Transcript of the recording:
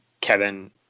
Kevin